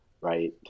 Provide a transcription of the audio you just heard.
right